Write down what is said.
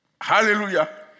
Hallelujah